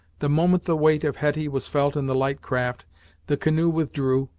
the moment the weight of hetty was felt in the light craft the canoe withdrew,